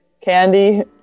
candy